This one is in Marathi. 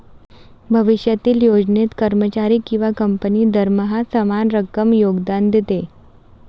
भविष्यातील योजनेत, कर्मचारी किंवा कंपनी दरमहा समान रक्कम योगदान देते